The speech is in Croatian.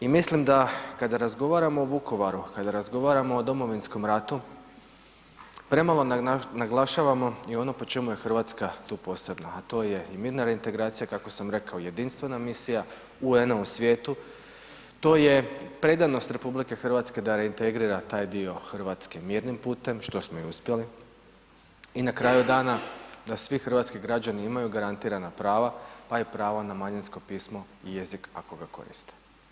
I mislim da kada razgovaramo o Vukovaru, kada razgovaramo o Domovinskom ratu, premalo naglašavamo i ono po čemu je Hrvatska tu posebna, a to je i mirna reintegracija kako sam i rekao, jedinstvena misija UN-a u svijetu, to je predanost RH da reintegrira tako dio Hrvatske mirnim putem, što smo i uspjeli i na kraju dana da svi hrvatski građani imaju garantirana pravo pa i pravo na manjinsko pismo i jezik ako ga koriste.